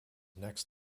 next